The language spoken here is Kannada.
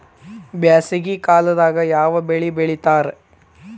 ಬ್ಯಾಸಗಿ ಕಾಲದಾಗ ಯಾವ ಬೆಳಿ ಬೆಳಿತಾರ?